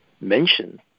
mention